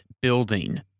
building